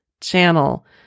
channel